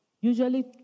usually